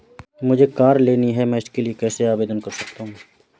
मुझे कार लेनी है मैं इसके लिए कैसे आवेदन कर सकता हूँ?